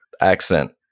accent